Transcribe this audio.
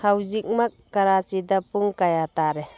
ꯍꯧꯖꯤꯛꯃꯛ ꯀꯔꯥꯆꯤꯗ ꯄꯨꯡ ꯀꯌꯥ ꯇꯥꯔꯦ